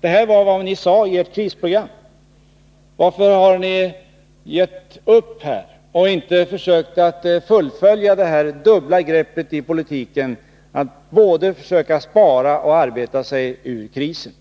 Det här är vad ni sade i ert krisprogram. Varför har ni gett upp? Varför försöker ni inte fullfölja det dubbla greppet i politiken — att försöka både spara och arbeta sig ur krisen?